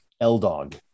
L-Dog